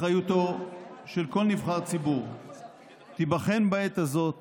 אחריותו של כל נבחר ציבור תיבחן בעת הזאת